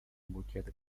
bukiet